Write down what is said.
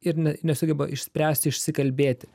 ir ne nesugeba išspręsti išsikalbėti